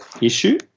issue